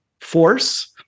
force